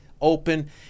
open